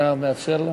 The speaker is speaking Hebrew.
אתה מאפשר לה?